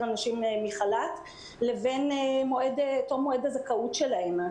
אנשים מחל"ת לבין תום מועד הזכאות שלהם.